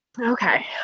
Okay